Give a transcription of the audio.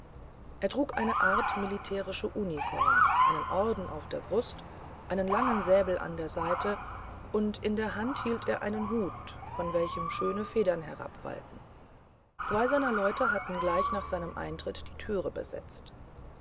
er trug eine art von militärischer uniform einen orden auf der brust einen langen säbel an der seite und in der hand hielt er einen hut von welchem schöne federn herabwallten zwei seiner leute hatten gleich nach seinem eintritt die türe besetzt